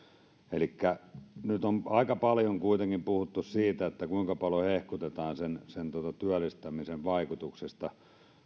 elikkä nyt on aika paljon kuitenkin puhuttu siitä kuinka paljon hehkutetaan sen työllistämisen vaikutuksesta